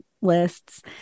lists